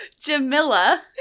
Jamila